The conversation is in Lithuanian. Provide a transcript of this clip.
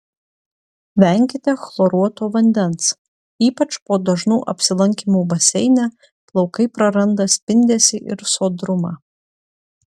venkite chloruoto vandens ypač po dažnų apsilankymų baseine plaukai praranda spindesį ir sodrumą